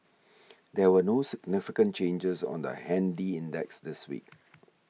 there were no significant changes on the handy index this week